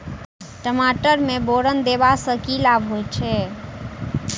टमाटर मे बोरन देबा सँ की लाभ होइ छैय?